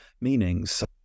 meanings